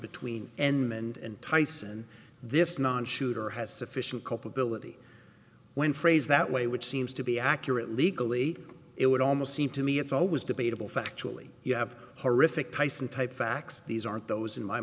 mend and tyson this not shooter has sufficient culpability when phrased that way which seems to be accurate legally it would almost seem to me it's always debatable factually you have horrific tyson type facts these aren't those in my